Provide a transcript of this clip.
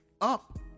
up